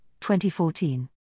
2014